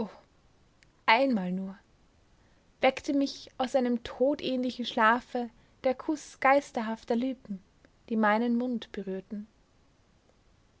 einmal nur weckte mich aus einem todähnlichen schlafe der kuß geisterhafter lippen die meinen mund berührten